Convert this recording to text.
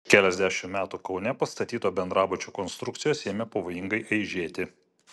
prieš keliasdešimt metų kaune pastatyto bendrabučio konstrukcijos ėmė pavojingai aižėti